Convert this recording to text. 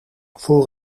voor